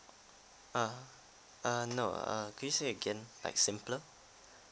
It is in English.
uh uh no uh can you say again like simpler